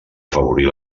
afavorir